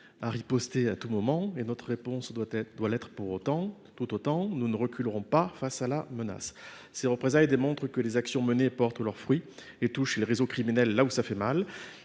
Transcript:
à tout pour riposter. Notre réponse doit l’être tout autant : nous ne reculerons pas face à la menace. Ces représailles démontrent que les actions menées portent leurs fruits et touchent les réseaux criminels là où ça fait mal.